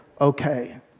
okay